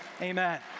Amen